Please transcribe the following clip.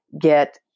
get